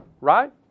Right